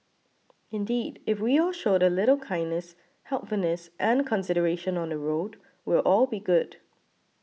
indeed if we all showed a little kindness helpfulness and consideration on the road we'll all be good